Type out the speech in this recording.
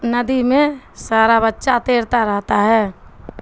ندی میں سارا بچہ تیرتا رہتا ہے